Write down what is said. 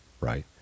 right